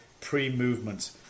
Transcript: pre-movement